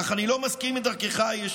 אך אני לא מסכים עם דרכך הישירה,